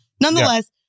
nonetheless